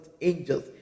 angels